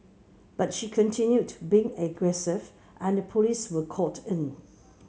but she continued being aggressive and the police were called in